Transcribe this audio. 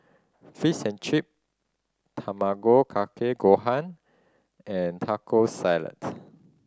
Fish and Chip Tamago Kake Gohan and Taco Salad